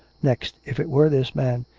next, if it were this man,